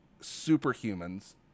superhumans